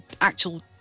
actual